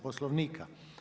Poslovnika.